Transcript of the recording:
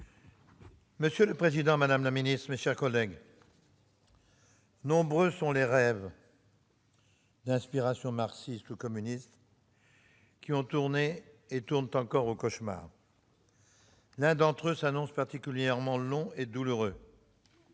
Madame la présidente, madame la secrétaire d'État, mes chers collègues, nombreux sont les rêves d'inspiration marxiste ou communiste qui ont tourné et tournent encore au cauchemar. L'un d'entre eux s'annonce particulièrement long et douloureux.